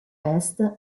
est